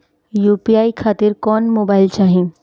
UPI खातिर कौन mobile चाहीं?